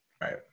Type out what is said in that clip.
Right